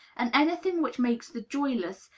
and any thing which makes the joyless,